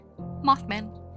Mothman